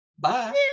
Bye